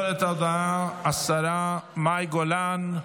ההודעה השרה מאי גולן,